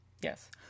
Yes